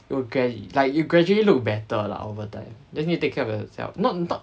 you will get it like you will gradually look better lah over time just need to take care of yourself not not